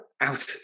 out